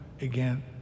again